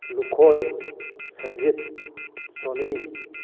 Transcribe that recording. Lukhoi Sanjit Joni